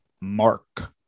mark